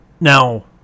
now